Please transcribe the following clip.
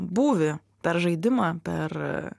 būvį per žaidimą per